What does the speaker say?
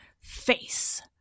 Face